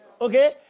Okay